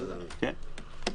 כן.